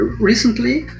recently